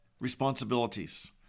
responsibilities